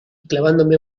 clavándome